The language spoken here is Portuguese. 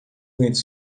vento